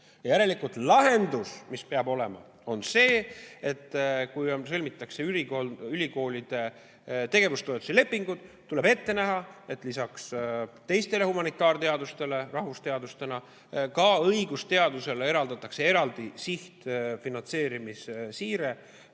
Järelikult lahendus, mis peab olema, on see: kui sõlmitakse ülikoolide tegevustoetuse lepinguid, siis tuleb ette näha, et lisaks teistele humanitaarteadustele rahvusteadustena ka õigusteadusele eraldatakse eraldi sihtfinantseerimise siire